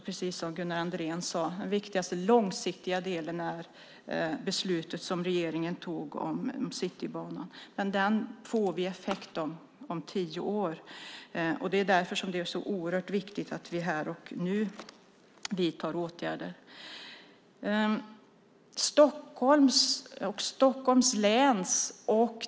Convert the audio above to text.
Precis som Gunnar Andrén sade när det gäller den långsiktiga delen är beslutet om Citybanan som regeringen har fattat viktigt. Den ger effekt om tio år. Det är därför det är så oerhört viktigt att vi här och nu vidtar åtgärder.